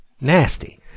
nasty